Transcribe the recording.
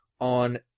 on